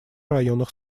районах